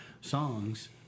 songs